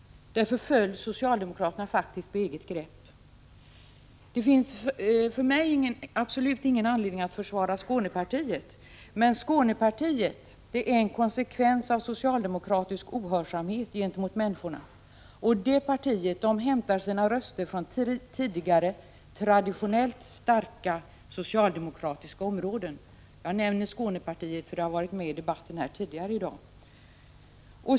Därför föll socialdemokraterna faktiskt på eget grepp. Det finns för mig absolut ingen anledning att försvara Skånepartiet, men Skånepartiet är en konsekvens av socialdemokratisk ohörsamhet gentemot människorna, och det partiet hämtar sina röster från tidigare traditionellt starka socialdemokratiska områden. Jag nämner Skånepartiet eftersom det har tagits upp tidigare i debatten här i dag.